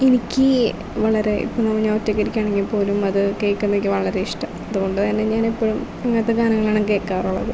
എനിക്ക് വളരെ ഇപ്പോൾ ഞാൻ ഒറ്റയ്ക്കിരിക്കുക ആണെങ്കിൽ പോലും അത് കേൾക്കുന്നത് ഒക്കെ വളരെ ഇഷ്ടം അതുകൊണ്ട് തന്നെ ഞാൻ എപ്പോഴും അങ്ങനത്തെ ഗാനങ്ങളാണ് കേൾക്കാറുള്ളത്